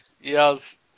Yes